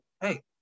Hey